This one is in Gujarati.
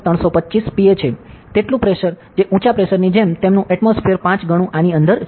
325 Pa છે તેટલું પ્રેશર જે ઉંચા પ્રેશરની જેમ તેમનું એટમોસ્ફિઅર 5 ગણું આની અંદર છે